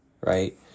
Right